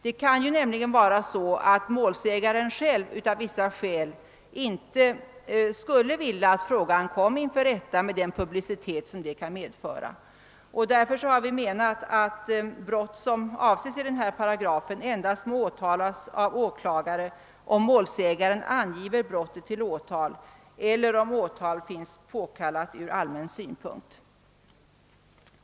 Det kan nämligen vara så att målsägaren själv inte skulle vilja att frågan kommer inför rätta, med den publicitet som det kan medföra. Därför har vi menat att brott som avses i denna paragraf må åtalas av åklagare endast om målsägare angiver brottet till åtal eller om åtalet befinns påkallat från allmän synpunkt.